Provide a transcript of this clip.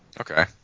Okay